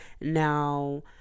Now